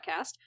podcast